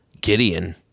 Gideon